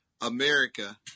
America